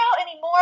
anymore